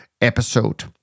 episode